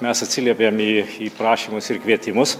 mes atsiliepėm į prašymus ir kvietimus